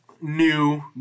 new